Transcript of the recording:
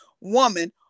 woman